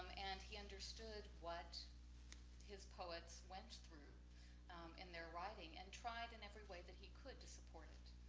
um and he understood what his poets went through in their writing and tried in every way that he could to support it.